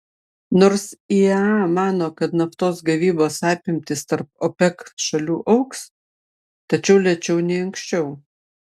nors iea mano kad naftos gavybos apimtys tarp opec šalių augs tačiau lėčiau nei anksčiau